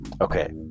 Okay